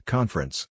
Conference